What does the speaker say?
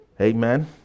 Amen